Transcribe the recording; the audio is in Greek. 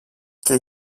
και